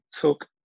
took